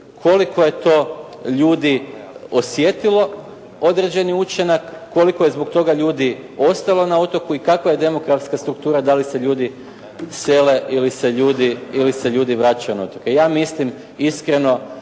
koliko je to ljudi osjetilo određeni učinak, koliko je zbog toga ljudi ostalo na otoku i kakva je demografska struktura, da li se ljudi sele ili se ljudi vraćaju na otoke. Ja mislim iskreno,